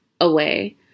Away